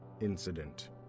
Incident